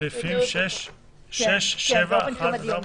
סעיפים 6 ו-7 (1) עד (4)?